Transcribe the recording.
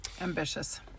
ambitious